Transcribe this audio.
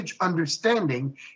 understanding